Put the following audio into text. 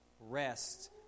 rest